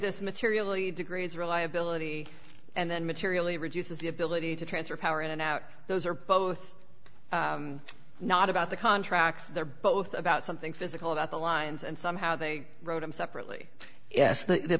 this materially degrades the reliability and then materially reduces the ability to transfer power in and out those are both not about the contracts they're both about something physical about the lines and somehow they wrote them separately yes the